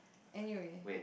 anyway